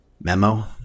Memo